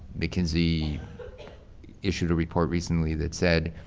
mckinsey issued a report recently that said